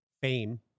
fame